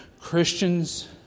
Christians